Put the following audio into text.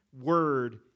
word